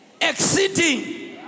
Exceeding